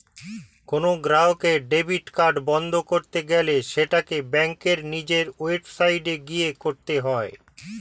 কোনো গ্রাহকের debit card বন্ধ করতে গেলে সেটাকে ব্যাঙ্কের নিজের ওয়েবসাইটে গিয়ে করতে হয়ে